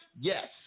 Yes